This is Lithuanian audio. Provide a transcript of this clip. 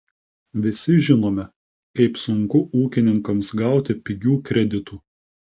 visi žinome kaip sunku ūkininkams gauti pigių kreditų